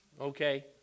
okay